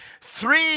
three